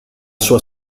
sua